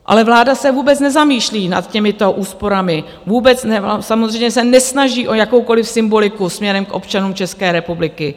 Ale vláda se vůbec nezamýšlí nad těmito úsporami, vůbec ne, samozřejmě se nesnaží o jakoukoliv symboliku směrem k občanům České republiky.